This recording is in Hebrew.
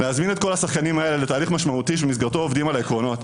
להזמין את כל השחקנים האלה לתהליך משמעותי שבמסגרתו עובדים על העקרונות.